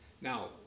Now